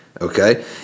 okay